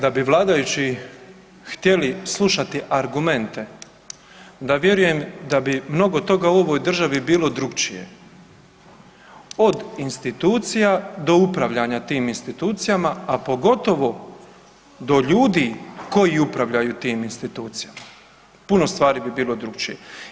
Kada bi vladajući htjeli slušati argumente onda vjerujem da bi mnogo toga u ovoj državi bilo drugačije od institucija do upravljanja tim institucijama, a pogotovo do ljudi koji upravljaju tim institucijama, puno stvari bi bilo drugačije.